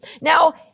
Now